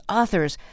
authors